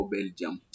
Belgium